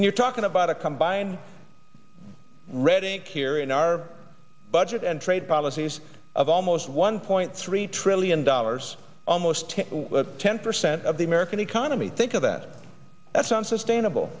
and you're talking about a combined reading here in our budget and trade policies of almost one point three trillion dollars almost ten percent of the american economy think of that that's unsustainable